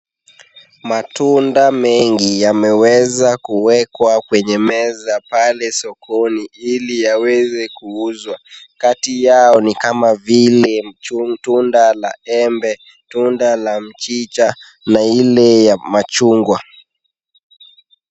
Matunda mengi yameweza kuwekwa kwenye meza pale sokoni ili yaweze kuuzwa. Kati yao ni kama vile tunda la embe, tunda la mchicha na ile ya machungwa.